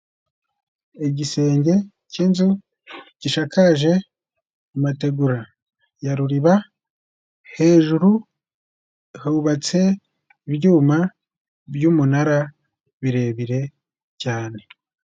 Igisenge cy'inzu gishakaje amategura ya ruriba, hejuru hubatse ibyuma by'umunara birebire cyane.